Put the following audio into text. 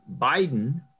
Biden